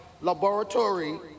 Laboratory